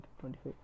25